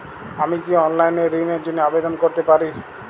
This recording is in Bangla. আমি কি অনলাইন এ ঋণ র জন্য আবেদন করতে পারি?